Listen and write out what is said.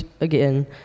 again